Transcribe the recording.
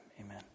amen